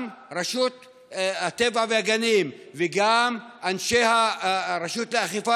גם רשות הטבע והגנים וגם אנשי הרשות לאכיפה